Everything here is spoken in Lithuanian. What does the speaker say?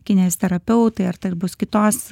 kineziterapeutai ar tai bus kitos